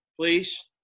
please